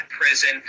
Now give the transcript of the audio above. prison